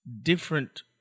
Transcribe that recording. different